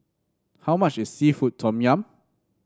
how much is seafood Tom Yum